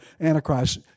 Antichrist